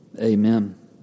Amen